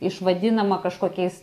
išvadinama kažkokiais